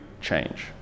change